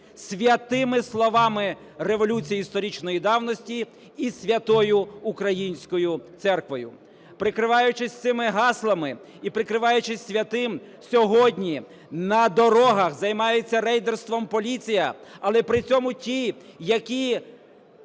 святими словами революції сторічної давності і святою українською церквою. Прикриваючись цими гаслами і прикриваючись святим, сьогодні на дорогах займається рейдерством поліція. Але при цьому ті, які